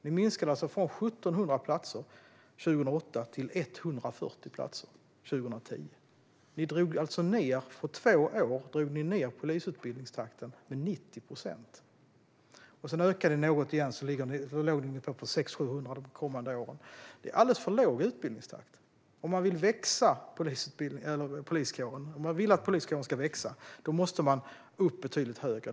Ni minskade från 1 700 platser 2008 till 140 platser 2010. På två år drog ni alltså ned polisutbildningstakten med 90 procent. Sedan ökade ni den något igen så att den låg på 600-700 de kommande åren. Det är en alldeles för låg utbildningstakt. Om man vill att poliskåren ska växa måste man upp betydligt högre.